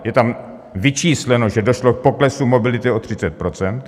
Je tam vyčísleno, že došlo k poklesu mobility o 30 %.